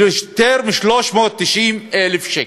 יותר מ-390,000 שקל.